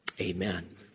amen